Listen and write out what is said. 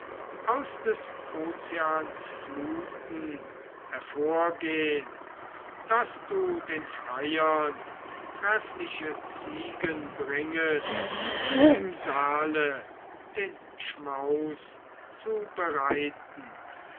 aus des ozeans fluten hervorgehn daß du den freiern treffliche ziegen bringest im saale den schmaus zu bereiten